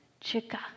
chica